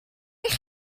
eich